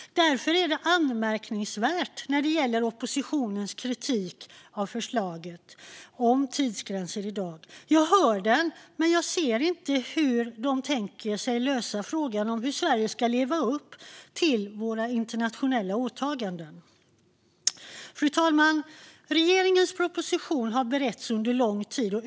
Därför är oppositionens kritik av förslaget om tidsgränser i dag anmärkningsvärd. Jag hör den, men jag ser inte hur de tänker sig att lösa frågan om hur vi i Sverige ska leva upp till våra internationella åtaganden. Fru talman! Regeringens proposition har beretts under lång tid.